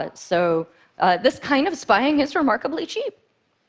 but so this kind of spying is remarkably cheap.